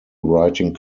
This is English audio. writing